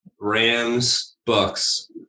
Rams-Bucks